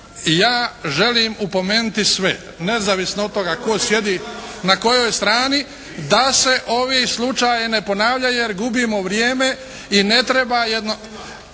ja želim opomenuti sve nezavisno od toga tko sjedi na kojoj strani da se ovi slučajevi ne ponavljaju jer gubimo vrijeme i ne treba.